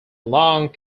long